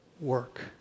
work